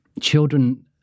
children